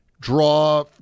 draw